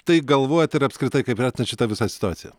tai galvojat ir apskritai kaip vertinat šitą visą situaciją